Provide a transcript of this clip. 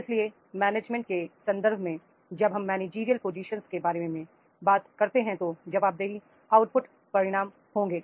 इसलिए मैनेजमेंट के संदर्भ में जब हम मैनेजरियल पोजीशंस के बारे में बात करते हैं तो जवाबदेही आउटपुट परिणाम होंगे